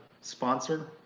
sponsor